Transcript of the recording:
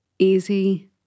easy